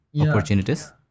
opportunities